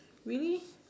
really